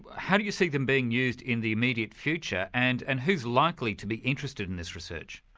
but how do you see them being used in the immediate future, and and who's likely to be interested in this research?